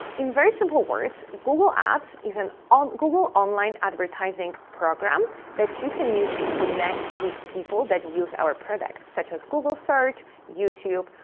ah in very simple words, google ads is a and um google online advertising program that you can use to connect with people that use our products such as google search, youtube,